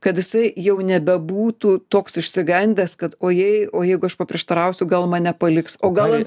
kad jisai jau nebebūtų toks išsigandęs kad o jei o jeigu aš paprieštarausiu gal mane paliks o gal